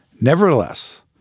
Nevertheless